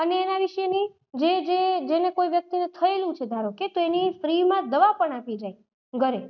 અને એના વિશેની જે જે જેને કોઈ વ્યક્તિને થયેલું છે ધારો કે તો એની ફ્રીમાં દવા પણ આપી જાય ઘરે